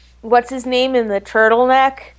what's-his-name-in-the-turtleneck